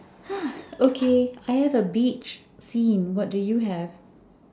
okay I have a beach scene what do you have